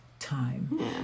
time